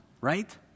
right